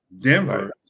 Denver